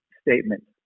statement